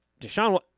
Deshaun